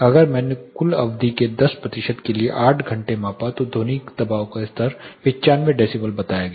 अगर मैंने कुल अवधि के 10 प्रतिशत के लिए 8 घंटे मापा तो ध्वनि दबाव का स्तर 95 डेसिबल बताया गया